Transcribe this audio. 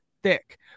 thick